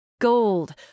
Gold